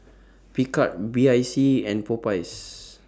Picard B I C and Popeyes